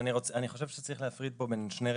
אני חושב שצריך להפריד פה בין שני רבדים.